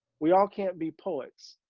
we all can't be pullets,